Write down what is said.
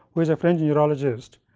who is a french neurologist.